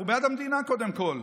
אנחנו בעד המדינה קודם כול.